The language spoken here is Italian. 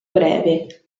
breve